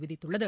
விதித்துள்ளது